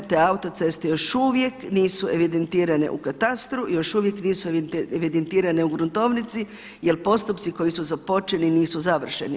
Te autoceste još uvijek nisu evidentirane u katastru, još uvijek nisu evidentirane u gruntovnici jel postupci koji su započeti nisu završeni.